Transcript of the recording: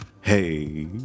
hey